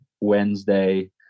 Wednesday